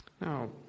Now